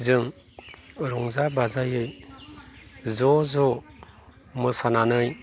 जों रंजा बाजायै ज' ज' मोसानानै